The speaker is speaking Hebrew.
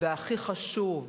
והכי חשוב,